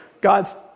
God's